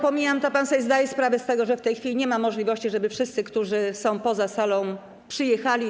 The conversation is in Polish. Pan sobie zdaje sprawę z tego, że w tej chwili nie ma możliwości, żeby wszyscy, którzy są poza salą, nagle przyjechali.